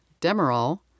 Demerol